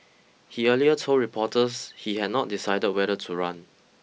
he earlier told reporters he had not decided whether to run